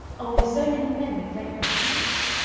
only so many men neglect their duties.